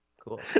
cool